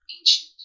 ancient